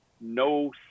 no